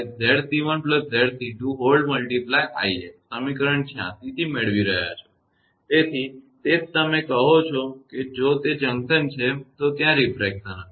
86 થી મેળવી રહ્યાં છો તેથી તે જ તમે કહો છો કે જો તે જંકશન છે તો ત્યાં રીફ્રેક્શન હશે